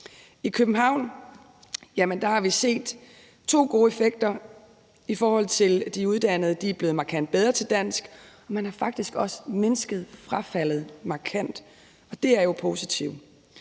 I København har vi set to gode effekter, i forhold til at de uddannede er blevet markant bedre til dansk, og i forhold til at man faktisk også har mindsket frafaldet markant, og det er jo positivt.